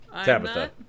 Tabitha